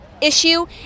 issue